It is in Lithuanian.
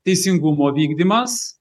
teisingumo vykdymas